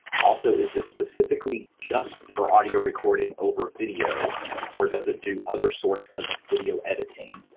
also is this specifically just for audio recording over video or does it do other source of video editing.